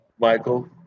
Michael